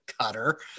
cutter